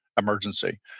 emergency